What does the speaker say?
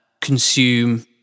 consume